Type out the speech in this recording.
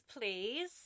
please